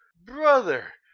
brother,